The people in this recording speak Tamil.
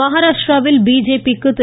மஹாராஷ்டிராவில் பிஜேபி க்கு திரு